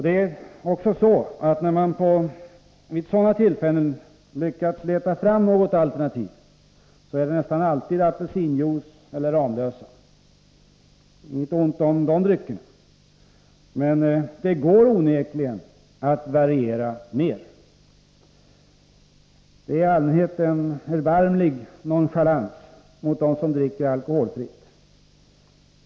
Det är också så att när man vid sådana tillfällen lyckats leta fram något alkoholfritt alternativ är det nästan alltid apelsinjuice eller Ramlösa. Inget ont sagt om de dryckerna, men det går onekligen att variera mer. Man visar i allmänhet en erbarmlig nonchalans mot dem som dricker alkoholfritt.